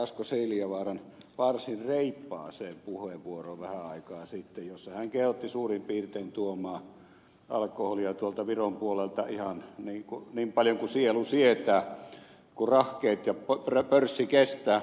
asko seljavaaran varsin reippaaseen puheenvuoroon vähän aikaa sitten jossa hän kehotti suurin piirtein tuomaan alkoholia tuolta viron puolelta ihan niin paljon kuin sielu sietää kuin rahkeet ja pörssi kestää